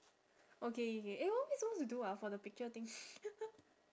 okay okay eh what are we suppose to do ah for the picture thing